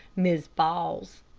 miss ball's.